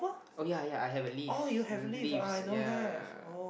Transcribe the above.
oh ya ya I have a leaves leaves ya